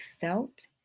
felt